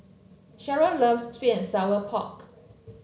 Sherryl loves sweet and Sour Pork